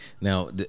Now